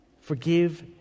Forgive